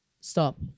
stop